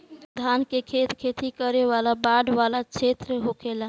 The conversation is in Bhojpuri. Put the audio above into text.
धान के खेत खेती करे वाला बाढ़ वाला क्षेत्र होखेला